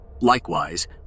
Likewise